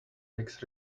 makes